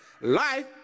life